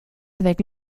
avec